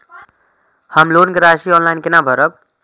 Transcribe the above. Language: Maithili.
हम लोन के राशि ऑनलाइन केना भरब?